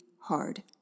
hard